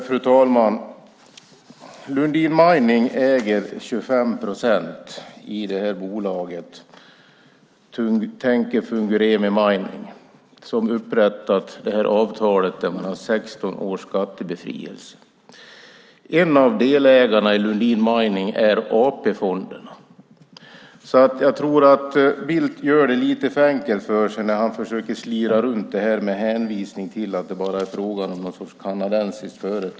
Fru talman! Lundin Mining äger 25 procent av det här bolaget, Tenke Fungurume Mining, som har upprättat det här avtalet där man har 16 års skattebefrielse. En av delägarna i Lundin Mining är AP-fonderna. Jag tror att Bildt gör det lite för enkelt för sig när han försöker att slira runt det här med hänvisning till att det bara är fråga om någon sorts kanadensiskt företag.